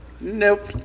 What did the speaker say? nope